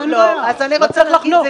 לא צריך לחנוך.